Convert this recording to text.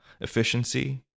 efficiency